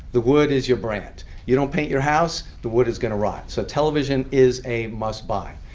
the wood is your brand. you don't paint your house? the wood is going to rot. so television is a must buy.